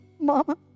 Mama